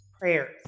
prayers